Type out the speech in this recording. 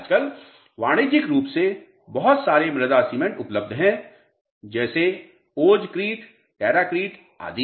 आजकल वाणिज्यिक रूप से बहुत सारे मृदा सीमेंट उपलब्ध हैं ओज क्रिट टेराक्रिट आदि